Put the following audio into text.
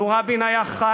לו היה רבין חי,